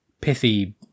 pithy